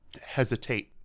hesitate